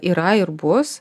yra ir bus